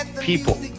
people